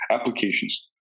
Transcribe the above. applications